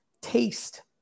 taste